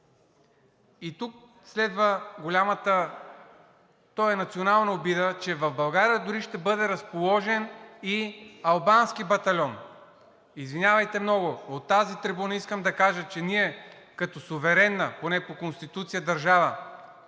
и тук следва голямата – то е национална, обида, че в България дори ще бъде разположен и албански батальон. Извинявайте много! От тази трибуна искам да кажа, че ние като суверенна, поне по Конституция, държава,